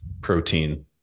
protein